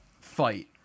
fight